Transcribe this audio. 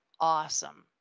awesome